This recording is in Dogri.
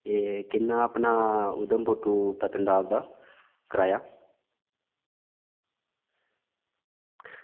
ते एह् किन्ना अपना उधमपुर तूं पत्नीटॉप दा किराया